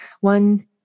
one